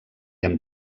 amb